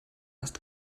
erst